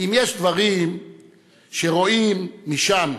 אם יש דברים שרואים משם,